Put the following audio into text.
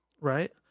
right